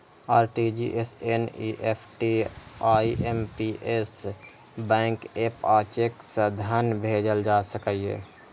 RTGS, NEFT, IMPS, bank app आ cheque सं धन भेजल जा सकैए